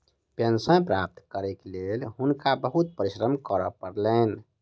pension प्राप्त करैक लेल हुनका बहुत परिश्रम करय पड़लैन